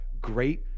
great